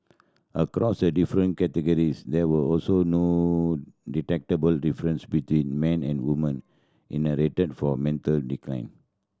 across the different categories there were also no detectable difference between men and woman in the rate for a mental decline